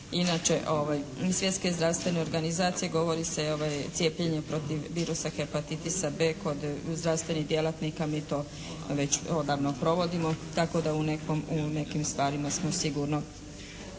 inače Svjetske zdravstvene organizacije govori se cijepljenje protiv virusa Hepatitisa B kod zdravstvenih djelatnika. Mi to već odavno provodimo. Tako da u nekim stvarima smo sigurno